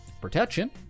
protection